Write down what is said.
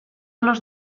los